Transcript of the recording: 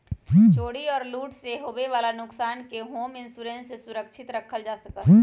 चोरी और लूट से होवे वाला नुकसान के होम इंश्योरेंस से सुरक्षित रखल जा सका हई